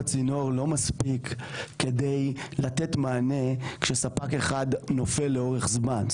לא מספיק כדי לתת מענה כשספק אחד נופל לאורך זמן.